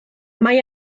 mae